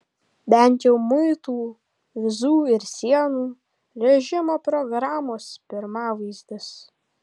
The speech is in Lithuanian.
bent jau muitų vizų ir sienų režimo programos pirmavaizdis